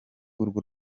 urwo